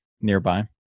nearby